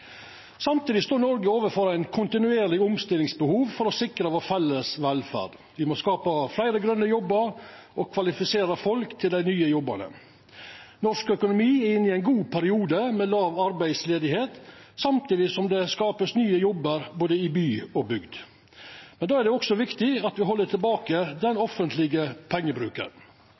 Samtidig står Noreg overfor eit kontinuerleg omstillingsbehov for å sikra den felles velferda vår. Me må skapa fleire grøne jobbar og kvalifisera folk til dei nye jobbane. Norsk økonomi er inne i ein god periode med låg arbeidsløyse samtidig som det vert skapt nye jobbar i både by og bygd. Men då er det også viktig at me held tilbake den offentlege